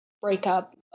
breakup